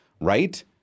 right